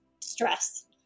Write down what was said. stress